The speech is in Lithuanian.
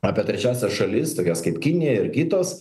apie trečiąsias šalis tokias kaip kinija ir kitos